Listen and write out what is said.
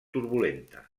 turbulenta